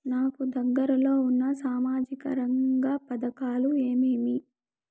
నాకు దగ్గర లో ఉన్న సామాజిక రంగ పథకాలు ఏమేమీ?